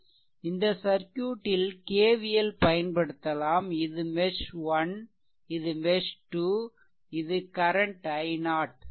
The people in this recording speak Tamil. இந்த சர்க்யூட்டில் KVL பயன்படுத்தலாம் இது மெஷ் 1 இது மெஷ்2 இது கரன்ட் i0